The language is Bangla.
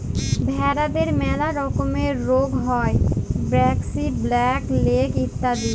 ভেরাদের ম্যালা রকমের রুগ হ্যয় ব্র্যাক্সি, ব্ল্যাক লেগ ইত্যাদি